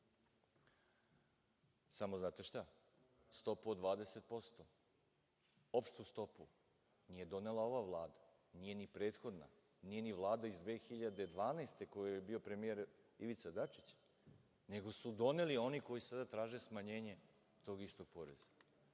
Samo znate šta, stopu od 20%, opštu stopu nije donela ova Vlada, nije ni prethodna, nije ni Vlada iz 2012. godine u kojoj je bio premijer Ivica Dačić, nego su doneli oni koji sada traže smanjenje tog istog poreza. Zato